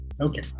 okay